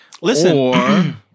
Listen